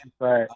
Right